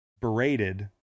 berated